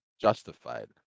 Justified